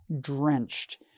drenched